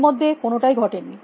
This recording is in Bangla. এর মধ্যে কোনটাই ঘটেনি